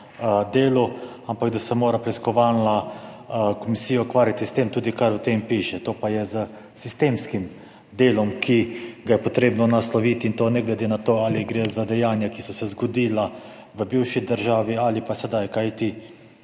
delu, ampak da se mora preiskovalna komisija ukvarjati tudi s tem, kar o tem piše, to pa je s sistemskim delom, ki ga je treba nasloviti, ne glede na to, ali gre za dejanja, ki so se zgodila v bivši državi ali pa sedaj. Če